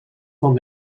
van